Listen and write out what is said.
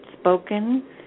spoken